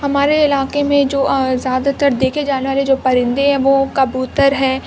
ہمارے علاقے میں جو زیادہ تر دیکھنے جانے والے جو پرندے ہیں وہ کبوتر ہے